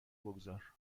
بگذار